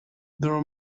there